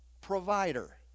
Provider